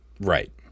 right